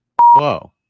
Whoa